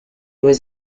was